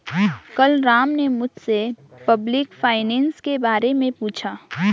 कल राम ने मुझसे पब्लिक फाइनेंस के बारे मे पूछा